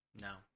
No